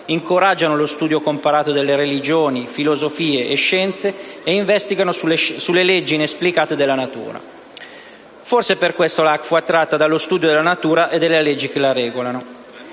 incoraggiano lo studio comparato delle religioni, filosofie e scienze, e investigano sulle leggi inesplicate della natura. Forse per questo la Hack fu attratta dallo studio della natura e delle leggi che la regolano.